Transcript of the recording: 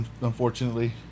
Unfortunately